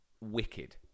wicked